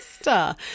star